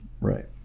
Right